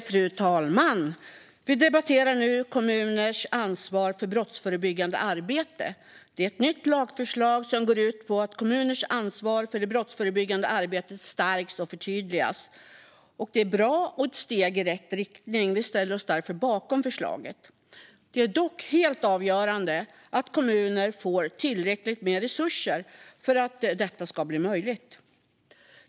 Fru talman! Vi debatterar nu betänkandet Kommuners ansvar för brottsförebyggande arbete . Det gäller ett nytt lagförslag som går ut på att kommuners ansvar för det brottsförebyggande arbetet stärks och förtydligas. Det är bra och ett steg i rätt riktning. Vi ställer oss därför bakom förslaget. Det är dock helt avgörande att kommuner får tillräckligt med resurser för att detta ska bli möjligt.